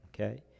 Okay